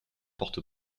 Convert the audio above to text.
porte